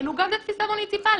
מנוגד לפתרון מוניציפלי.